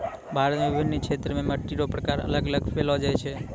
भारत मे विभिन्न क्षेत्र मे मट्टी रो प्रकार अलग अलग पैलो जाय छै